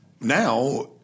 now